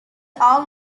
all